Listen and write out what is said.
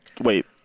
Wait